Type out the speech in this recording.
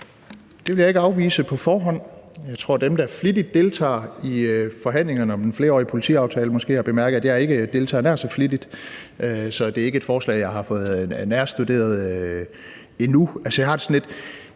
Det vil jeg ikke afvise på forhånd. Jeg tror, at dem, der flittigt deltager i forhandlingerne om den flerårige politiaftale, måske har bemærket, at jeg ikke deltager nær så flittigt. Så det er ikke et forslag, jeg har fået nærstuderet endnu. Altså, jeg bliver altid sådan lidt